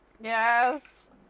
Yes